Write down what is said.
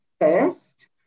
first